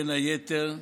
בין היתר,